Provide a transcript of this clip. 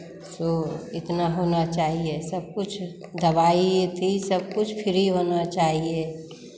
सो इतना होना चाहिए सब कुछ दवाई तो ये सब कुछ फ्री होना चाहिए